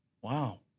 wow